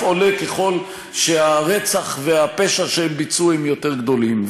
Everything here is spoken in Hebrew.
עולה ככל שהרצח והפשע שהם ביצעו יותר גדולים.